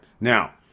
Now